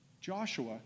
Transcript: Joshua